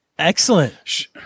Excellent